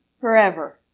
forever